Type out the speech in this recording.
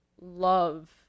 love